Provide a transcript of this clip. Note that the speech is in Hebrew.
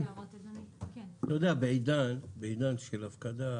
אתה יודע, בעידן של הפקדה